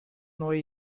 neue